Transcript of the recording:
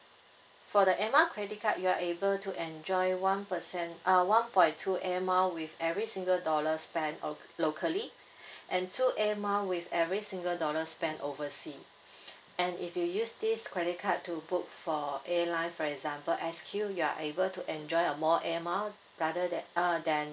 for the air mile credit card you are able to enjoy one percent uh one point two air mile with every single dollar spent o~ locally and two air mile with every single dollar spent oversea and if you use this credit card to book for airline for example S_Q you're able to enjoy a more air mile rather that uh then